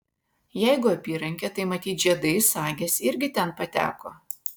jeigu apyrankė tai matyt žiedai sagės irgi ten pateko